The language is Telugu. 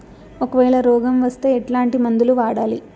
ఒకవేల రోగం వస్తే ఎట్లాంటి మందులు వాడాలి?